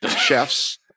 Chefs